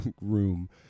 room